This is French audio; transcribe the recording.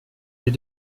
des